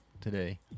today